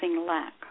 lack